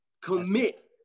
Commit